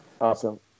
awesome